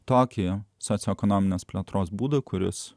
tokį socioekonominės plėtros būdą kuris